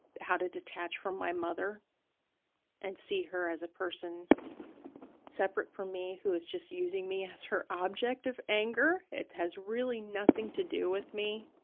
how to detach from my mother and see her as a person separate from me, who is just using me as her object of anger. it has really nothing to do with me.